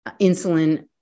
insulin